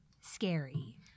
scary